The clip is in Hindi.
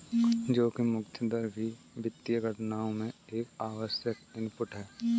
जोखिम मुक्त दर भी वित्तीय गणनाओं में एक आवश्यक इनपुट है